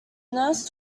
nurse